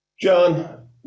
John